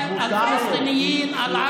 ( מדברים ) תתרגם לי.